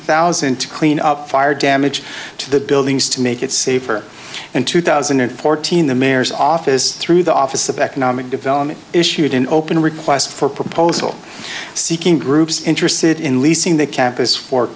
thousand to clean up fire damage to the buildings to make it safer in two thousand and fourteen the mayor's office through the office of economic development issued an open request for proposal seeking groups interested in leasing the campus for